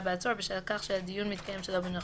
בעצור בשל כך שהדיון מתקיים שלא בנוכחותו,